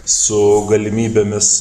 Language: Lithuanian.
su galimybėmis